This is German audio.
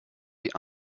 die